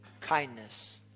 kindness